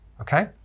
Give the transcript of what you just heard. okay